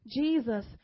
Jesus